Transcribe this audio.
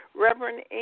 Reverend